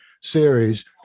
series